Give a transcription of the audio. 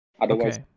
Otherwise